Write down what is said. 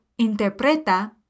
interpreta